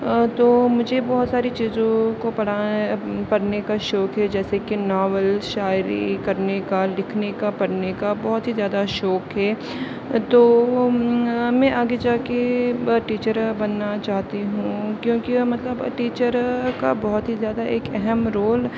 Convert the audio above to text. تو مجھے بہت ساری چیزوں کو پڑھا ہے پڑھنے کا شوق ہے جیسے کہ ناول شاعری کرنے کا لکھنے کا پڑھنے کا بہت ہی زیادہ شوق ہے تو وہ میں آگے جا کے ٹیچر بننا چاہتی ہوں کیوںکہ مطلب ٹیچر کا بہت ہی زیادہ ایک اہم رول